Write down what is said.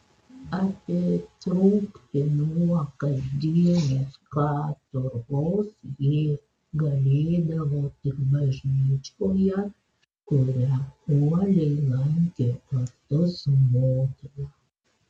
atitrūkti nuo kasdienės katorgos ji galėdavo tik bažnyčioje kurią uoliai lankė kartu su motina